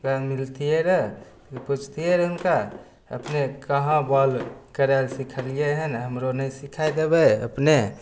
मिलतियै रहऽ पुछतियै रहऽ हुनका अपने कहाँ बॉल करे लऽ सीखलियै हन हमरो नहि सीखाय देबै अपने